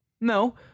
No